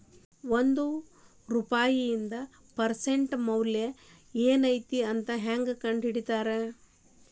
ಒಂದ ರೂಪಾಯಿದ್ present value ಏನೈತಿ ಮತ್ತ ಹೆಂಗ ಕಂಡಹಿಡಿತಾರಾ